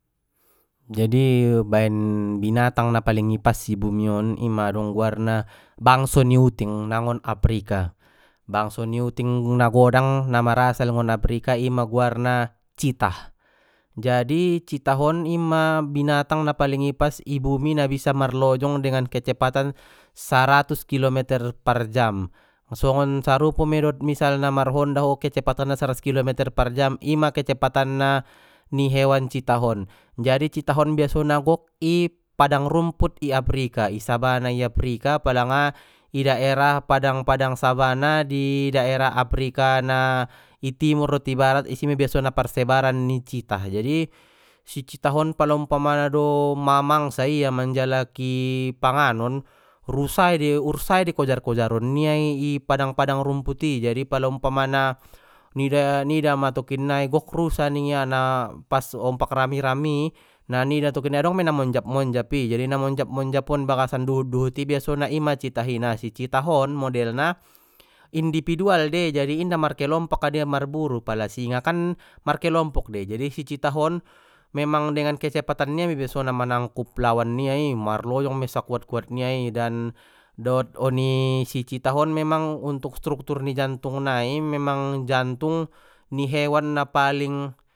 Jadi baen binatang na paling ipas i bumion ima adong guarna bangso ni uting nangon afrika bangso ni uting nagodang na marasal ngon afrika ima guarna citah, jadi citah on ima binatang na palig ipas i bumi na bisa marlojong dengan kecepatan saratus kilometer par jam songon sarupo mei dot misalna marhonda ho kecepatanna saratus kilometer par jam ima kecepatan ni hewan citah on jadi citah on biasona gok di padang rumput i afrika i sabana afrika palanga di daerah padang padang sabana di daerah afrika na i timur dot i barat isi mei biasona parsebaran ni citah jadi si citah on pala umpamana do mamamgsa ia manjalaki panganon rusai dei ursa dei kojar kojaron nia i i padang padang rumput i jadi pala umpamana nida-nida ma tokinnai gok rusa ningia na pas ompak rami rami na nida tokinnai adong mei na monjap monjap i jadi na monjap monjapon i bagasan duhut duhuti biasona ima citah i na si citah on modelna individual dei jadi inda markelompok adi marburu pala singa kan markelompok dei jadi si citah on, memang dengan kecepatan nia mei biasona i manangkup lawan nia i marlojong mei sakuat kuat nia i dan dot oni si citah on memang untuk struktur ni jantung nai memang jantung ni hewan na paling.